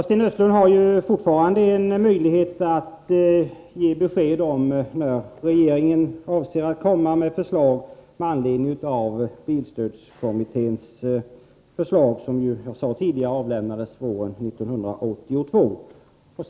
Sten Östlund har fortfarande en möjlighet att ge besked om när regeringen avser att komma med förslag med anledning av bilstödskommitténs förslag som lämnades våren 1982, som jag tidigare sade.